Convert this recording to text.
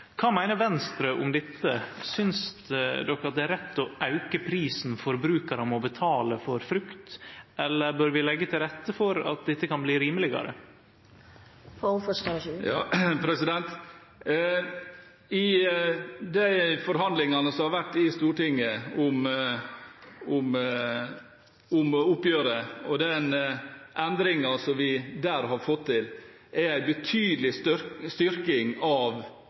Kva meiner Venstre om dette? Synest ein det er rett å auke prisen forbrukarane må betale for frukt, eller bør vi leggje til rette for at dette kan bli rimelegare? Når det gjelder de forhandlingene som har vært i Stortinget om oppgjøret og den endringen som vi der har fått til, er det en betydelig styrking av